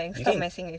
it is